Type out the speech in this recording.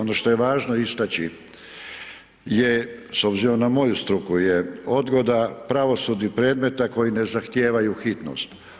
Ono što je važno istači je s obzirom na moju struku je odgoda pravosudnih predmeta koji ne zahtijevaju hitnost.